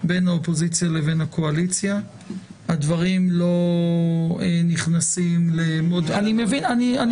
בין האופוזיציה לבין הקואליציה הדברים לא נכנסים למוד --- לא,